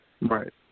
Right